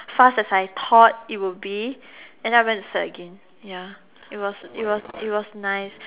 fast as I thought it would be and then I went to sat again ya it was it was it was nice